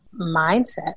mindset